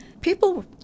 People